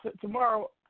tomorrow